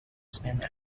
spend